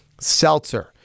Seltzer